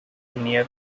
near